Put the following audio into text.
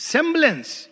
Semblance